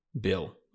bill